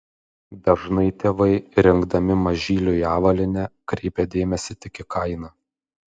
dažnai tėvai rinkdami mažyliui avalynę kreipia dėmesį tik į kainą